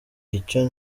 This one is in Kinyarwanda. icyo